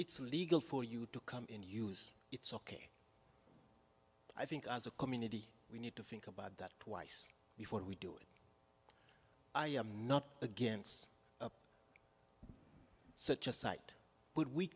it's legal for you to come in use it's ok i think as a community we need to think about that twice before we do it not against such a site would we